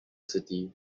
city